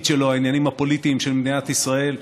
שלו והעניינים הפוליטיים של מדינת ישראל,